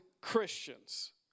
christians